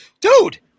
dude